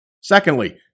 Secondly